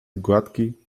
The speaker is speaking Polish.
gładki